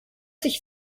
sich